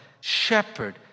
shepherd